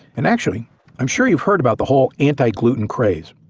and actually i'm sure you've heard about the whole anti-gluten craze.